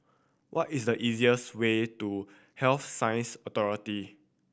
what is the easiest way to Health Science Authority